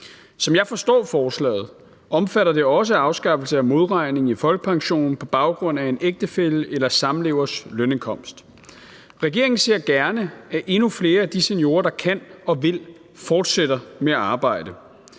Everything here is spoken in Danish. Som jeg forstår forslaget, omfatter det også afskaffelse af modregning i folkepensionen på baggrund af en ægtefælle eller samlevers lønindkomst. Regeringen ser gerne, at endnu flere af de seniorer, der kan og vil, fortsætter med at arbejde,